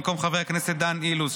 במקום חבר הכנסת דן אילוז,